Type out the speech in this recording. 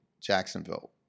Jacksonville